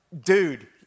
Dude